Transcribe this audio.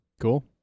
Cool